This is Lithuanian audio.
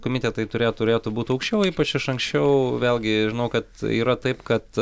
komitetai turėtų turėtų būt aukščio ypač iš anksčiau vėlgi žinau kad yra taip kad